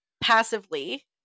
passively